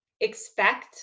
expect